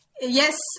Yes